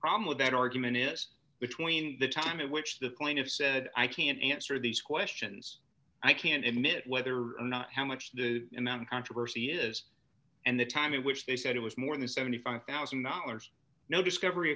problem with that argument is between the time in which the plaintiff said i can't answer these questions i can't image whether or not how much the amount of controversy is and the time in which they said it was more than seventy five thousand dollars no discovery